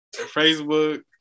Facebook